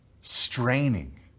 straining